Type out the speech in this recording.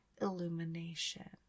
illumination